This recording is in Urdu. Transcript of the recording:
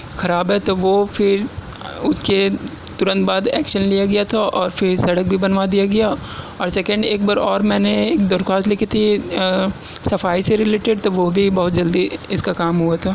خراب ہے تو وہ پھر اس کے ترنت بعد ایکشن لیا گیا تھا اور پھر سڑک بھی بنوا دیا گیا اور سیکنڈ ایک بار اور میں نے ایک درخواست لکھی تھی صفائی سے ریلیٹیڈ تو وہ بھی بہت جلدی اس کا کام ہوا تھا